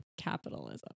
Capitalism